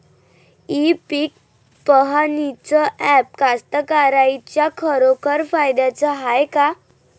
इ पीक पहानीचं ॲप कास्तकाराइच्या खरोखर फायद्याचं हाये का?